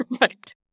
Right